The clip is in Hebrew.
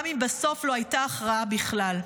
גם אם בסוף לא הייתה הכרעה בכלל.